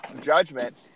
judgment